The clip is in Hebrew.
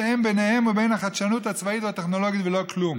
שאין ביניהן ובין החדשנות הצבאית והטכנולוגית ולא כלום.